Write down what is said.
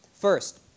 First